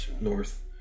north